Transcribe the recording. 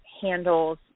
handles